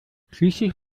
schließlich